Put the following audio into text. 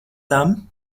tam